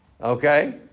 Okay